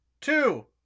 Two